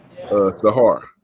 Sahar